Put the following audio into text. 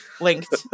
linked